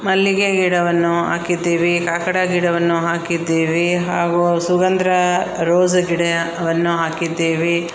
ಮಲ್ಲಿಗೆ ಗಿಡವನ್ನು ಹಾಕಿದ್ದೀವಿ ಕಾಕಡ ಗಿಡವನ್ನು ಹಾಕಿದ್ದೀವಿ ಹಾಗೂ ಸುಗಂದ್ರಾ ರೋಸ್ ಗಿಡವನ್ನು ಹಾಕಿದ್ದೀವಿ